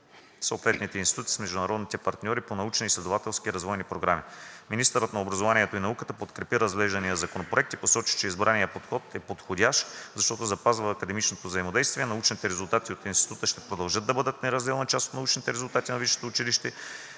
подход е подходящ, защото запазва академичното взаимодействие, научните резултати на института ще продължават да бъдат неразделна част от научните резултати на висшето училище